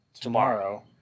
Tomorrow